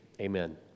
amen